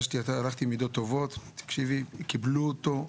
קיבלו אותו.